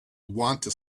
wanta